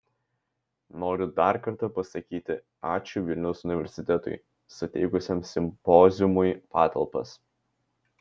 noriu dar kartą pasakyti ačiū vilniaus universitetui suteikusiam simpoziumui patalpas